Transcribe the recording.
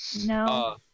No